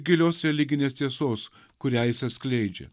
gilios religinės tiesos kurią jis atskleidžia